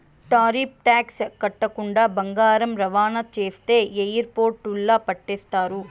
tariff tax కట్టకుండా బంగారం రవాణా చేస్తే ఎయిర్పోర్టుల్ల పట్టేస్తారు